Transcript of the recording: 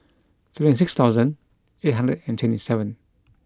twenty six thousand eight hundred and twenty seven